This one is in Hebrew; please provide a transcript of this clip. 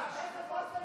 ותחזרו.